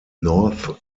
north